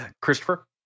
Christopher